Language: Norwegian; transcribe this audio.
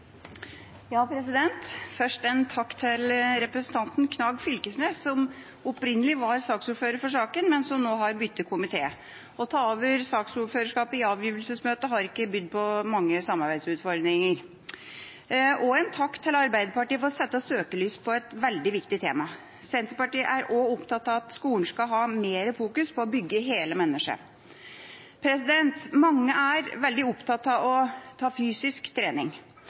for saken, men som nå har byttet komité. Å ta over saksordførerskapet i avgivelsesmøtet har ikke bydd på mange samarbeidsutfordringer. Jeg vil også rette en takk til Arbeiderpartiet for å sette søkelys på et veldig viktig tema. Senterpartiet er også opptatt av at skolen skal ha mer fokus på å bygge hele mennesket. Mange er veldig opptatt av å trene fysisk.